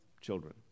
children